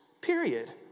Period